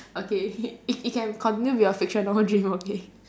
okay it it can continue to be your fictional dream okay